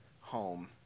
home